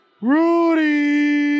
Rudy